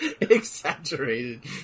exaggerated